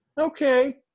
Okay